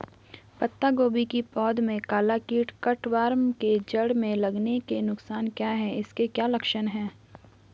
पत्ता गोभी की पौध में काला कीट कट वार्म के जड़ में लगने के नुकसान क्या हैं इसके क्या लक्षण हैं?